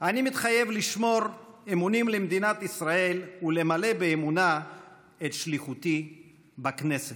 "אני מתחייב לשמור אמונים למדינת ישראל ולמלא באמונה את שליחותי בכנסת".